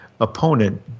opponent